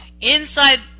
Inside